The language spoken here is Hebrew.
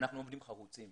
אנחנו עובדים חרוצים,